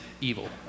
evil